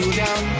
down